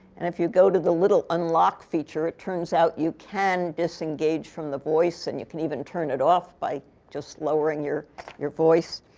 and if you go to the little unlock feature, it turns out you can disengage from the voice. and you can even turn it off, by just lowering your your voice.